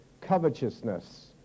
covetousness